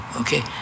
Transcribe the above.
okay